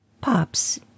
Pops